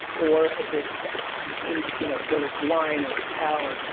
or if it's asian, you know, whether it's line, or cow, or,